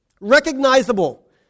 recognizable